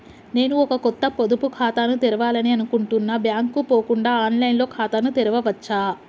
నేను ఒక కొత్త పొదుపు ఖాతాను తెరవాలని అనుకుంటున్నా బ్యాంక్ కు పోకుండా ఆన్ లైన్ లో ఖాతాను తెరవవచ్చా?